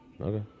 Okay